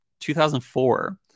2004